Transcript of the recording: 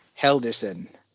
Helderson